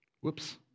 Whoops